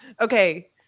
Okay